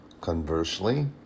conversely